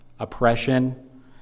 oppression